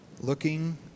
looking